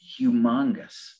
humongous